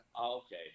Okay